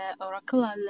oracle